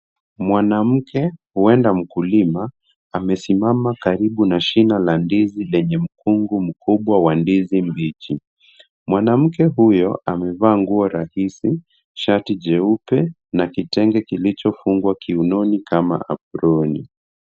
Mwanamke huenda mkulima, amesimama karibu na shina la ndizi lenye mkungu mkubwa wa ndizi mbichi. Mwanamke huyo amevaa nguo rahisi, shati jeupe na kitenge kilichofungwa kiunoni kama aproni.